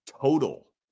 total